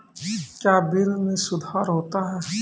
क्या बिल मे सुधार होता हैं?